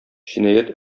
җинаять